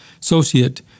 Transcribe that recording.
associate